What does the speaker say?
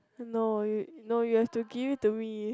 no you no you have to give it to me